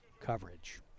coverage